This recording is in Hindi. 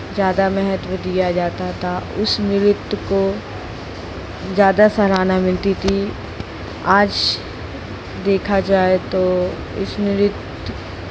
ज़्यादा महत्व दिया जाता था उस नृत्य को ज़्यादा सहराना मिलती थी आज देखा जाए तो उस नृत्य